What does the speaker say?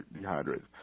dehydrated